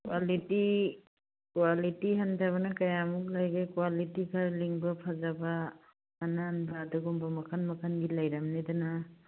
quality quality ꯍꯟꯊꯕꯅ ꯀꯌꯥ ꯂꯩꯒꯦ ꯀ꯭ꯋꯥꯂꯤꯇꯤ ꯈꯔ ꯂꯤꯡꯕ ꯐꯖꯕ ꯑꯅꯥꯟꯕ ꯑꯗꯨꯒꯨꯝꯕ ꯃꯈꯜ ꯃꯈꯜꯒꯤ ꯂꯩꯔꯝꯅꯤꯗꯅ